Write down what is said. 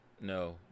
no